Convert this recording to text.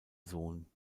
sohn